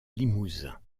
limousin